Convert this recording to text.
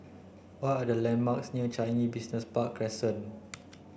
what are the landmarks near Changi Business Park Crescent